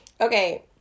Okay